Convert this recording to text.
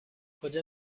کجا